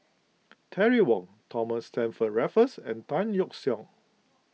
Terry Wong Thomas Stamford Raffles and Tan Yeok Seong